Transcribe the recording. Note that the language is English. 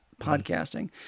podcasting